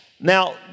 now